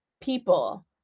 people